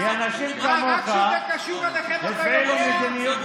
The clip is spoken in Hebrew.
ורק כשזה קשור אליכם אתה יודע?